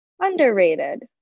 Underrated